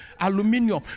aluminium